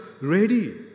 ready